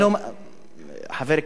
חבר הכנסת מולה,